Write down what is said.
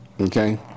Okay